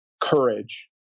courage